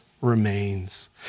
remains